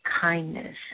kindness